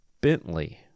Bentley